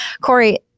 Corey